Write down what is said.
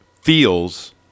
feels